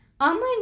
Online